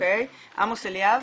עמוס אליאב.